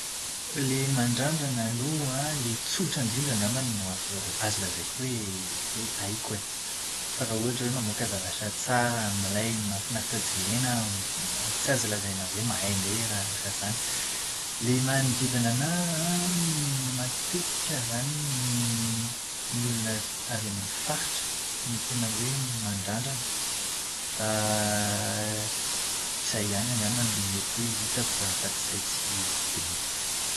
Ilay mandrandrana aloha ilay tsotra indrindra angambany no azo la- azo lazaina hoe hoe haiko e. Fa raha ohatra hoe mamoaka zavatra tsara, milay, mahafinaritra jerena… Tsy azo lazaina hoe mahay indray raha raha izany. Ilay manodidina anahy an, matetika izany ny ny olona avy any amin'ny faritra, tena hoe mandrandrana. Fa izay ihany angamba no tena hoe hitako fa afa-tsy izay tsy tsy dia misy.